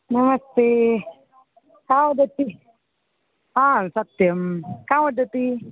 नमस्ते का वदति हा सत्यं का वदति